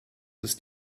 ist